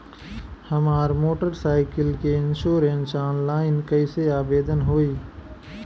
हमार motorcycle के insurance online कईसे आवेदन होई?